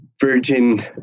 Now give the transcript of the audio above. virgin